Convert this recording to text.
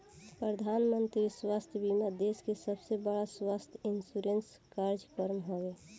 प्रधानमंत्री स्वास्थ्य बीमा देश के सबसे बड़का स्वास्थ्य इंश्योरेंस कार्यक्रम हवे